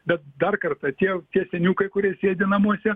bet dar kartą tie tie seniukai kurie sėdi namuose